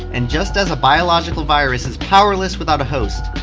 and just as a biological virus is powerless without a host,